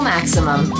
Maximum